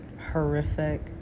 horrific